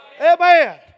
Amen